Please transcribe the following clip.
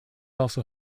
also